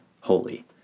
holy